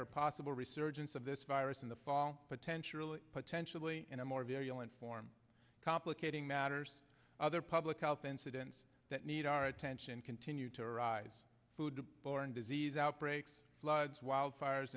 a possible resurgence of this virus in the fall potentially potentially in a more virulent form complicating matters other public health incidents that need our attention continue to rise food borne disease outbreaks floods wildfires